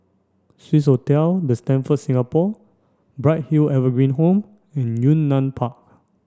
Swissotel the Stamford Singapore Bright Hill Evergreen Home and Yunnan Park